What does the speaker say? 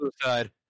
suicide